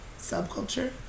subculture